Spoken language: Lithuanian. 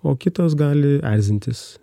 o kitas gali erzintis